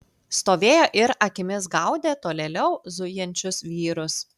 stovėjo ir akimis gaudė tolėliau zujančius vyrus